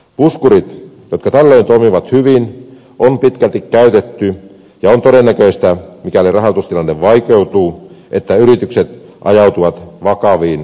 puskurit jotka tällöin toimivat hyvin on pitkälti käytetty ja on todennäköistä mikäli rahoitustilanne vaikeutuu että yritykset ajautuvat vakaviin rahoitusvaikeuksiin